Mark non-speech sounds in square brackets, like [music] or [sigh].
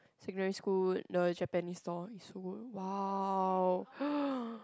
secondary school the Japanese song is w~ !wow! [noise]